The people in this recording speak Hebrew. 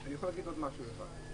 אני יכול להגיד עוד משהו אחד.